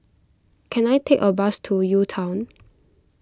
can I take a bus to UTown